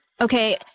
okay